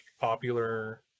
popular